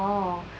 orh